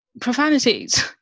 profanities